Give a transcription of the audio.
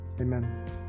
amen